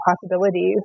possibilities